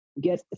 get